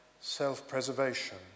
self-preservation